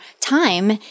time